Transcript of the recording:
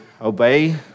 obey